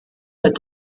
had